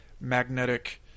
magnetic